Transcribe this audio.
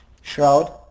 shroud